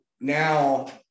now